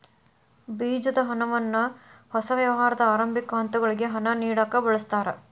ಬೇಜದ ಹಣವನ್ನ ಹೊಸ ವ್ಯವಹಾರದ ಆರಂಭಿಕ ಹಂತಗಳಿಗೆ ಹಣ ನೇಡಕ ಬಳಸ್ತಾರ